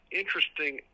interesting